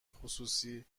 خصوصی